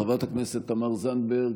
חברת הכנסת תמר זנדברג,